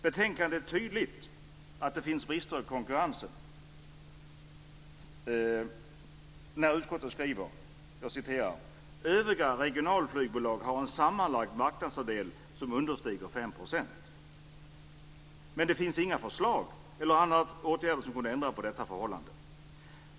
Betänkandet är tydligt om att det finns brister i konkurrensen eftersom utskottet skriver: Övriga regionalflygbolag har en sammanlagd marknadsandel som understiger 5 %. Men det finns inga förslag eller andra åtgärder som kunde ändra på detta förhållande.